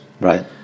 Right